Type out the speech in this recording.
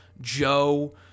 Joe